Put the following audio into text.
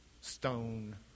stone